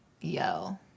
Yo